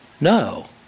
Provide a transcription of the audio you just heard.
no